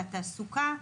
והתעסוקה.